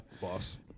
boss